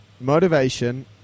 motivation